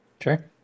sure